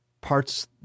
parts